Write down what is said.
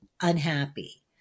unhappy